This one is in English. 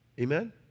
Amen